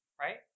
right